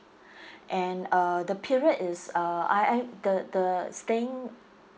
and uh the period is uh I I the the staying